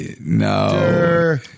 No